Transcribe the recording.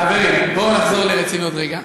חברים, בואו נחזור לרצינות רגע.